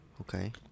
Okay